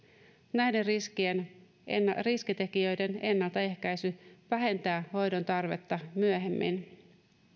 näiden riskitekijöiden ennalta ehkäisy vähentää hoidon tarvetta myöhemmin